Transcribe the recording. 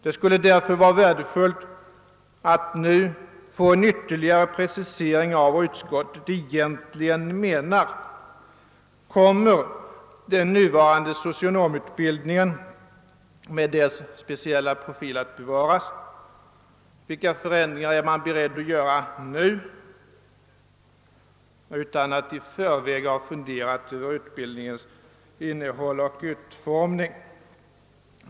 Det skulle därför vara värdefullt att nu få en ytterligare precisering av vad utskottet egentligen menar. Kommer den nuva rande socionomutbildningen med dess speciella profil att bevaras? Vilka förändringar är man beredd att göra nu, utan att i förväg ha funderat över utbildningens innehåll och utformning?